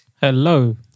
Hello